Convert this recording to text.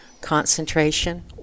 concentration